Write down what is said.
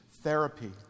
therapy